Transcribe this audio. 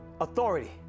Authority